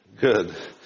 Good